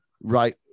right